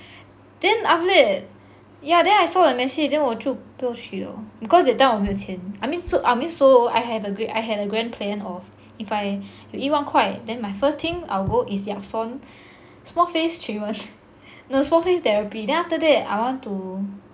then after that yeah then I saw the message then 我就不要去 liao cause that time 我没有钱 I mean so I mean so I have a gre~ I had a great plan of if I 有一万块 then my first thing I will go is Yakson small face treatment no small face therapy then after that I want to